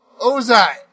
Ozai